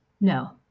No